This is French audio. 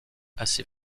assez